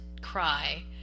cry